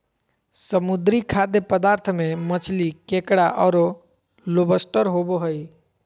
समुद्री खाद्य पदार्थ में मछली, केकड़ा औरो लोबस्टर होबो हइ